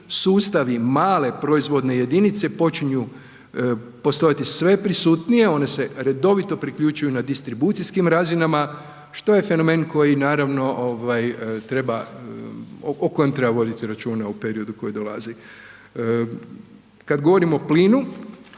sustavi male proizvodne jedinice počinju postojati sve prisutnije, one se redovito priključuju na distribucijskim razinama, što je fenomen koji naravno treba, o kojem treba voditi računa u periodu koji dolazi. Kad govorim o plinu,